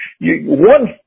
one